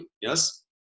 yes